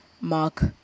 Mark